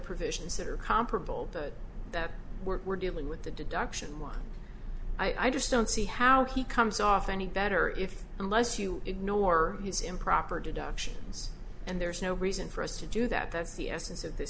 provisions that are comparable but that we're dealing with the deduction one i just don't see how he comes off any better if unless you ignore his improper deductions and there's no reason for us to do that that's the essence of th